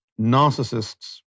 narcissists